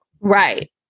Right